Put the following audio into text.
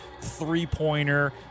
three-pointer